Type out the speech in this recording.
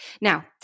Now